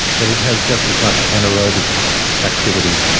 but it has just as much anaerobic activity.